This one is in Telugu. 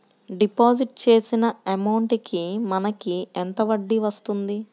డిపాజిట్ చేసిన అమౌంట్ కి మనకి ఎంత వడ్డీ వస్తుంది?